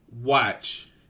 watch